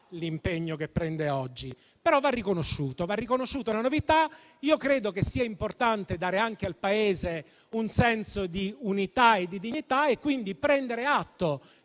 l'impegno che prende oggi. Però va riconosciuta la novità. Credo che sia importante dare al Paese un senso di unità e di dignità e quindi prendere atto